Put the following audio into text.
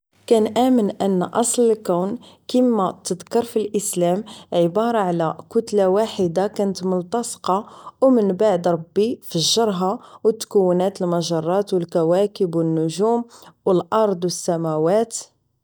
كنأمن ان اصل الكون كيما تذكر فالاسلام عبارة على كتلة واحدة كانت ملتصقة و من بعد ربي فجرها و تكونات المجرات و الكواكب و النجوم و الارض و السماوات